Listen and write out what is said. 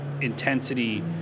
intensity